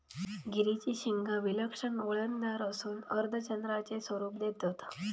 गिरीची शिंगा विलक्षण वळणदार असून अर्धचंद्राचे स्वरूप देतत